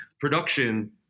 production